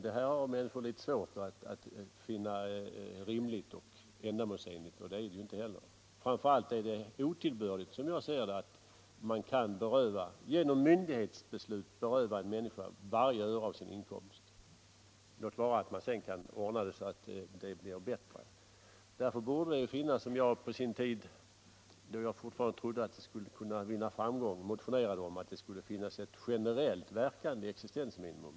Detta har människor litet svårt att finna rimligt och ändamålsenligt, och det är det inte heller. Framför allt är det otillbörligt, som jag ser det, att man genom myndighetsbeslut kan beröva en människa varje öre av hennes inkomst, låt vara att man sedan kan ordna upp situationen så att förhållandena blir bättre. Därför borde det kunna finnas — på det sätt som jag föreslog medan jag fortfarande trodde att denna tanke skulle kunna vinna framgång — ett generellt verkande existensminimum.